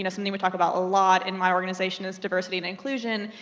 you know something we talk about a lot in my organization is diversity and inclusion.